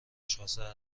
شاهزاده